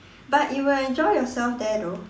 but you will enjoy yourself there though